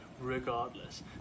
regardless